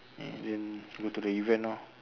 and then go to the event lor